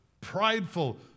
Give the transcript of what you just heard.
prideful